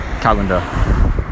calendar